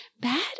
bad